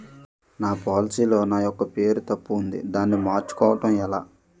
నా పోలసీ లో నా యెక్క పేరు తప్పు ఉంది దానిని మార్చు కోవటం ఎలా?